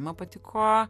man patiko